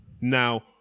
Now